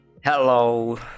Hello